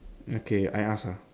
okay I ask ah